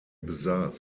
besaß